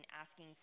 asking